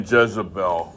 Jezebel